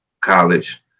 College